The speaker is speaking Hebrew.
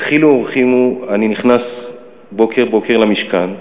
בדחילו ורחימו אני נכנס בוקר בוקר למשכן,